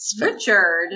Richard